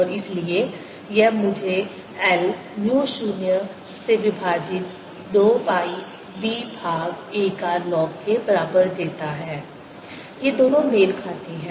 और इसलिए यह मुझे L म्यू 0 से विभाजित 2 पाई b भाग a का लॉग के बराबर देता है ये दोनों मेल खाते हैं